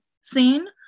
scene